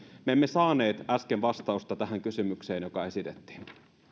me emme saaneet äsken vastausta tähän kysymykseen joka esitettiin